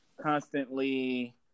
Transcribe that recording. constantly